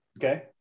Okay